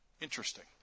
interesting